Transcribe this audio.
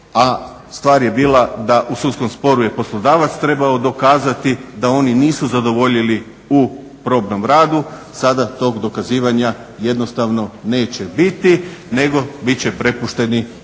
stvar je bila da u sudskom sporu je poslodavac trebao dokazati da oni nisu zadovoljili u probnom radu, sada tog dokazivanja jednostavno neće biti nego bit će prepušteni na